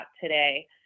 today